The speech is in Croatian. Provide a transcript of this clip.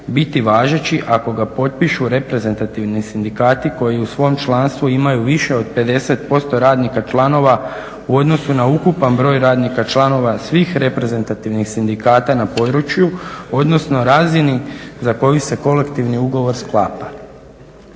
biti važeći ako ga potpišu reprezentativni sindikati koji u svom članstvu imaju više od 50% radnika članova u odnosu na ukupan broj radnika članova svih reprezentativnih sindikata na području, odnosno razini za koju se kolektivni ugovor sklapa.